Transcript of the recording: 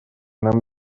нам